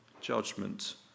judgment